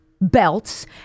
belts